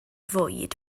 fwyd